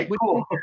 cool